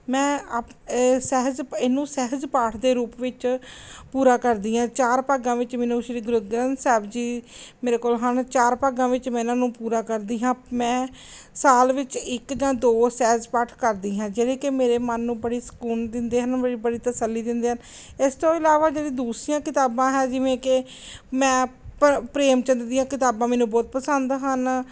ਮੈਂ ਅਪ ਸਹਿਜ ਇਹਨੂੰ ਸਹਿਜ ਪਾਠ ਦੇ ਰੂਪ ਵਿੱਚ ਪੂਰਾ ਕਰਦੀ ਹਾਂ ਚਾਰ ਭਾਗਾਂ ਵਿੱਚ ਮੈਨੂੰ ਸ਼੍ਰੀ ਗੁਰੂ ਗ੍ਰੰਥ ਸਾਹਿਬ ਜੀ ਮੇਰੇ ਕੋਲ ਹਨ ਚਾਰ ਭਾਗਾਂ ਵਿੱਚ ਮੈਂ ਇਹਨਾਂ ਨੂੰ ਪੂਰਾ ਕਰਦੀ ਹਾਂ ਮੈਂ ਸਾਲ ਵਿੱਚ ਇੱਕ ਜਾਂ ਦੋ ਸਹਿਜ ਪਾਠ ਕਰਦੀ ਹਾਂ ਜਿਹੜੇ ਕਿ ਮੇਰੇ ਮਨ ਨੂੰ ਬੜੀ ਸਕੂਨ ਦਿੰਦੇ ਹਨ ਬੜੀ ਤਸੱਲੀ ਦਿੰਦੇ ਆ ਇਸ ਤੋਂ ਇਲਾਵਾ ਜਿਹੜੀ ਦੂਸਰੀਆਂ ਕਿਤਾਬਾਂ ਹੈ ਜਿਵੇਂ ਕਿ ਮੈਂ ਪ ਪ੍ਰੇਮ ਚੰਦ ਦੀਆਂ ਕਿਤਾਬਾਂ ਮੈਨੂੰ ਬਹੁਤ ਪਸੰਦ ਹਨ